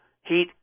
heat